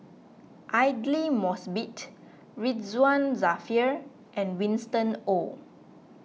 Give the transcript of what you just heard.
Aidli Mosbit Ridzwan Dzafir and Winston Oh